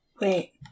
Wait